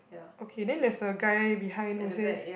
okay then there's a guy behind will says